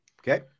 Okay